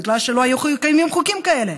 בגלל שלא היו קיימים חוקים כאלה,